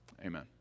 Amen